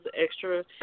extra